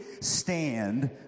stand